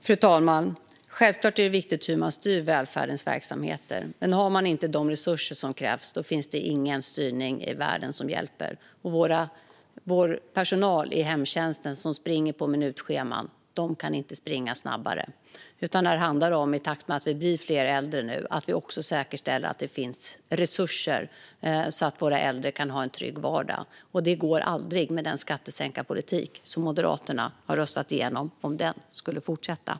Fru talman! Självklart är det viktigt hur man styr välfärdens verksamheter, men har man inte de resurser som krävs finns det ingen styrning i världen som hjälper. Vår personal i hemtjänsten, som springer på minutscheman, kan inte springa snabbare. I takt med att vi nu blir fler äldre handlar det om att säkerställa att det finns resurser så att våra äldre kan ha en trygg vardag. Det går aldrig om den skattesänkarpolitik som Moderaterna har röstat igenom skulle fortsätta.